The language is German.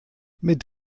mit